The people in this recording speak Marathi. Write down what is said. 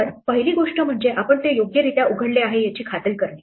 तर पहिली गोष्ट म्हणजे आपण ते योग्यरित्या उघडले आहे याची खात्री करणे